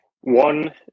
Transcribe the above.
one